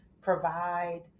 provide